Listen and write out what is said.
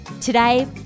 Today